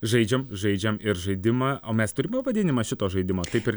žaidžiam žaidžiam ir žaidimą o mes turim pavadinimą šito žaidimo taip ir